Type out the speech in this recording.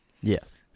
Yes